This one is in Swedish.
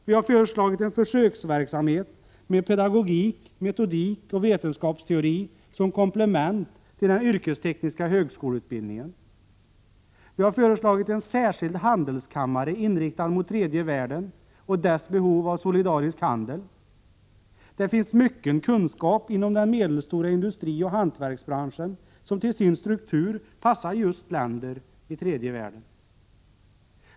Vi har föreslagit en försöksverksamhet med pedagogik, metodik och vetenskapsteori som komplement till den yrkestekniska högskoleutbildningen. Vi har föreslagit en särskild handelskammare inriktad mot tredje världen och dess behov av solidarisk handel. Det finns mycken kunskap inom den medelstora industrioch hantverksbranschen, som till sin struktur passar just länder i tredje världen.